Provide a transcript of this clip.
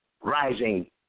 rising